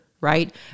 right